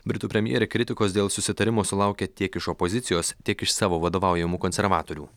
britų premjerė kritikos dėl susitarimo sulaukė tiek iš opozicijos tiek iš savo vadovaujamų konservatorių